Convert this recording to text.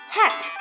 Hat